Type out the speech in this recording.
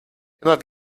immer